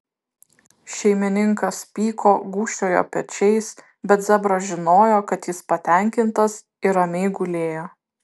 šeimininkas pyko gūžčiojo pečiais bet zebras žinojo kad jis patenkintas ir ramiai gulėjo